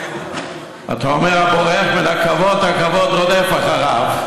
אתה אומר: הבורח מן הכבוד, הכבוד רודף אחריו.